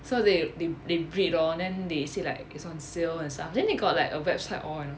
so they they they breed lor then they say like is on sale and stuff then they got like a website on